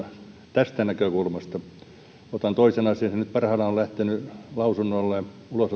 tästä näkökulmasta otan toisen asian nyt parhaillaan on lähtenyt lausunnolle ulosottotoimipisteiden